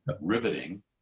riveting